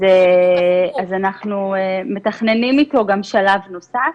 אז אנחנו מתכננים איתו גם שלב נוסף.